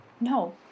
No